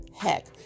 heck